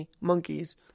monkeys